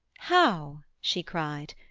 how, she cried,